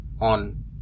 on